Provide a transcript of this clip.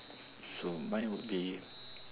so mine would be